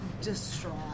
distraught